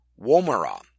Womera